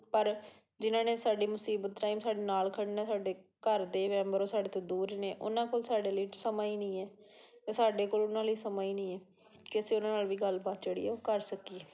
ਪਰ ਜਿਨ੍ਹਾਂ ਨੇ ਸਾਡੀ ਮੁਸੀਬਤ ਰਾਹੀਂ ਸਾਡੇ ਨਾਲ ਖੜ੍ਹਨਾ ਸਾਡੇ ਘਰ ਦੇ ਮੈਂਬਰ ਉਹ ਸਾਡੇ ਤੋਂ ਦੂਰ ਨੇ ਉਹਨਾਂ ਕੋਲ ਸਾਡੇ ਲਈ ਸਮਾਂ ਹੀ ਨਹੀਂ ਹੈ ਅਤੇ ਸਾਡੇ ਕੋਲ ਉਹਨਾਂ ਲਈ ਸਮਾਂ ਹੀ ਨਹੀਂ ਹੈ ਕਿ ਅਸੀਂ ਉਹਨਾਂ ਨਾਲ ਵੀ ਗੱਲਬਾਤ ਜਿਹੜੀ ਹੈ ਉਹ ਕਰ ਸਕੀਏ